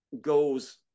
goes